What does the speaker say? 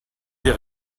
des